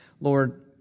Lord